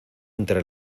entre